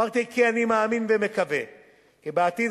אמרתי כי אני מאמין ומקווה כי בעתיד